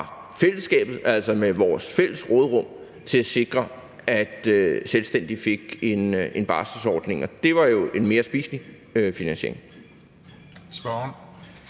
fællesskabet, altså fra vores fælles råderum, til at sikre, at selvstændige fik en barselsordning. Det var jo en mere spiselig finansiering.